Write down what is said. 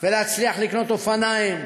ולהצליח לקנות אופניים,